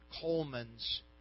Coleman's